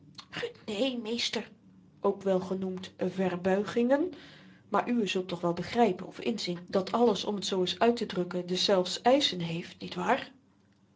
né meester ook wel genoemd verbuigingen maar uwe zult toch wel begrypen of inzien dat alles om t zoo eens uittedrukken deszelfs eischen heeft niet waar